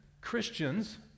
Christians